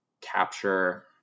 capture